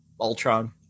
Ultron